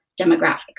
demographic